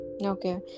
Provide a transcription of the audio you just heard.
Okay